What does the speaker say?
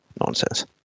nonsense